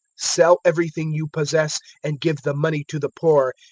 sell everything you possess and give the money to the poor,